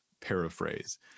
paraphrase